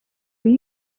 were